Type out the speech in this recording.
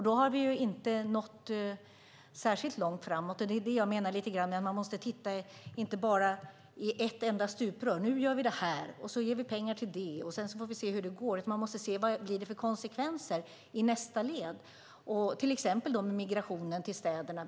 Då har vi inte nått särskilt långt framåt, och det är det jag menar med att man måste titta inte bara i ett enda stuprör: Nu gör vi det här, och så ger vi pengar till det, och sedan får vi se hur det går. I stället måste man se vad det blir för konsekvenser i nästa led, till exempel med migrationen till städerna.